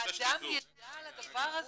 שאדם ידע על הדבר הזה.